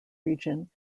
region